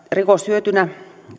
rikoshyötynä